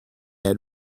had